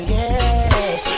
yes